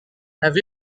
have